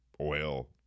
oil